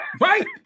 Right